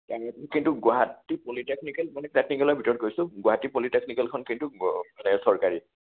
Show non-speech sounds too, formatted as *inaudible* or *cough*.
*unintelligible* কিন্তু গুৱাহাটী পলিটেকনিকেল মানে টেকনিকেলৰ ভিতৰত কৈছোঁ গুৱাহাটী পলিটেকনিকেলখন কিন্তু মানে চৰকাৰী